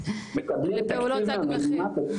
מקבלים תקציב מהמדינה,